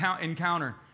encounter